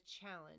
challenge